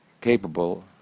capable